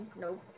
nope